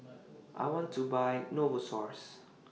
I want to Buy Novosource